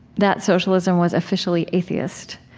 that socialism was officially atheist.